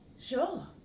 Sure